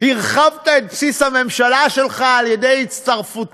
הרחבת את בסיס הממשלה שלך על-ידי הצטרפות